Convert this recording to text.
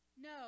No